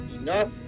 Enough